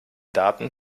daten